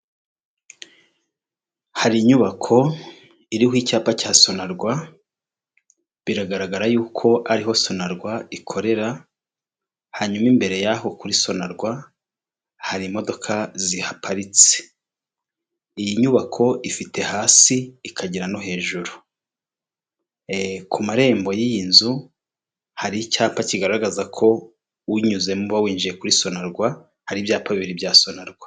Aya n'ameza ari mu nzu, bigaragara ko aya meza ari ayokuriho arimo n'intebe nazo zibaje mu biti ariko aho bicarira hariho imisego.